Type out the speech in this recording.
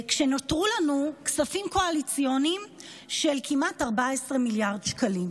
כשנותרו לנו כספים קואליציוניים של כמעט 14 מיליארד שקלים.